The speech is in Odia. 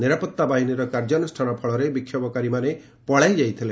ନିରାପତ୍ତା ବାହିନୀର କାର୍ଯ୍ୟାନୁଷ୍ଠାନ ଫଳରେ ବିକ୍ଷୋଭକାରୀମାନେ ପଳାଇଯାଇଥିଲେ